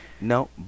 no